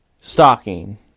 stocking